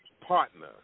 partner